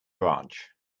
ranch